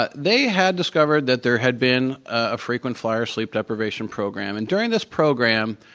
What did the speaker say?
but they had discovered that there had been a frequent flyer sleep deprivation program. and during this program,